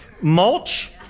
mulch